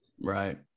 right